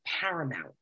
paramount